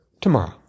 tomorrow